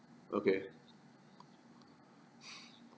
okay